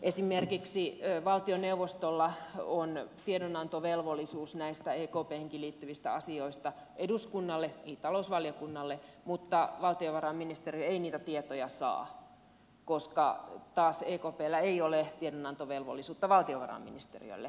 esimerkiksi valtioneuvostolla on tiedonantovelvollisuus näistä ekphenkin liittyvistä asioista eduskunnalle talousvaliokunnalle mutta valtiovarainministeriö ei niitä tietoja saa koska taas ekpllä ei ole tiedonantovelvollisuutta valtiovarainministeriölle